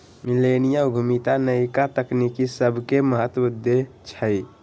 मिलेनिया उद्यमिता नयका तकनी सभके महत्व देइ छइ